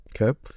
Okay